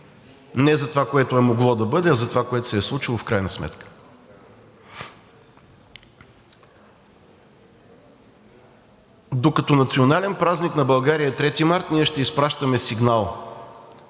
не за това, което е могло да бъде, а за това, което се е случило в крайна сметка. Докато национален празник на България е 3 март, ние ще изпращаме сигнал,